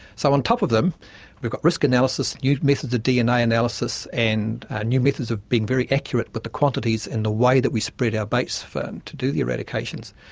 so on top of them we've got risk analysis, new methods of dna analysis, and new methods of being very accurate with the quantities and the way that we spread our baits and to do the eradications.